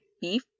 beef